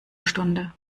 stunde